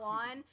on